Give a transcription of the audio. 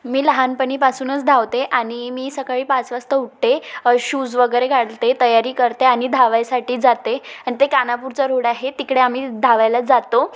मी लहानपणापासूनच धावते आणि मी सकाळी पाच वाजता उठते शूज वगैरे घालते तयारी करते आणि धावायसाठी जाते आणि ते कानापूरचं रोड आहे तिकडे आम्ही धावायला जातो